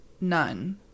none